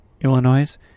Illinois